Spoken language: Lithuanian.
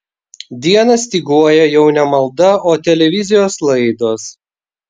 dieną styguoja jau ne malda o televizijos laidos